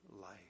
life